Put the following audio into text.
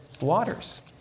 waters